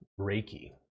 Reiki